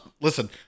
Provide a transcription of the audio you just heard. Listen